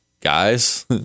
guys